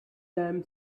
them